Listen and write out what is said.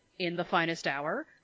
InTheFinestHour